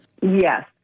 yes